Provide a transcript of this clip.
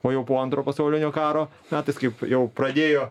o jau po antro pasaulinio karo metais kaip jau pradėjo